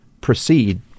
proceed